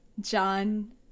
John